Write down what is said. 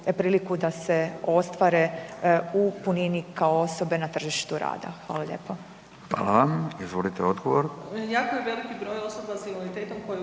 priliku da se ostvare u punini kao osobe na tržištu rada. Hvala lijepo. **Radin, Furio